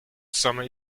some